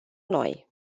noi